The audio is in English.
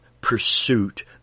Pursuit